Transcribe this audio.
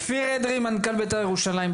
כפיר אדרי, מנכ"ל בית"ר ירושלים,